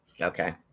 Okay